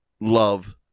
Love